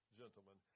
gentlemen